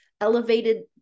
Elevated